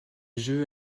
jeu